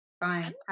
fine